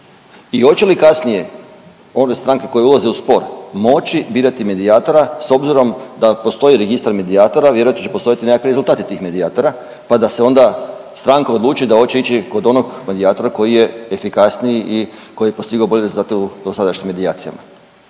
i hoće li kasnije one stranke koje ulaze u spor moći birati medijatora s obzirom da postoji registar medijatora, vjerojatno će postojati nekakvi rezultati tih medijatora pa da se onda stranka odluči da oće ići kod onog medijatora koji je efikasniji i koji je postigao bolje rezultate u dosadašnjim medijacijama?